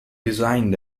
resigned